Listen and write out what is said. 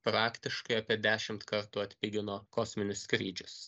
praktiškai apie dešimt kartų atpigino kosminius skrydžius